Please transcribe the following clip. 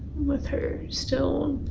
with her still,